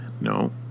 No